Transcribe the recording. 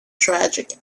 tragic